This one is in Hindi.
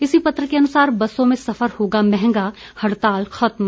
इसी पत्र के अनुसार बसों में सफर होगा महंगा हड़ताल खत्म